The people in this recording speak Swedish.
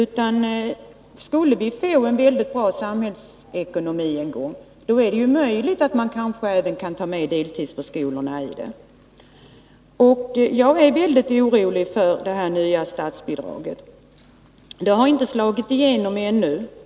Får vi en gång en mycket bra samhällsekonomi, är det möjligt att deltidsförskolorna kan tas med. Jag är mycket orolig med anledning av det nya statsbidraget. Det har inte slagit igenom ännu.